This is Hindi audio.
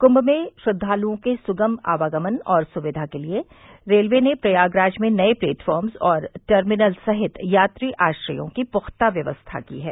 कुंभ में श्रद्वालुओं के सुगम आवागमन और सुविधाओं के लिए रेलवे ने प्रयागराज में नये प्लेटफार्म्स व टर्मिनल सहित यात्री आश्रयों की पुख्ता व्यवस्था की है